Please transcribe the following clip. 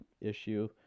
issue